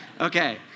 Okay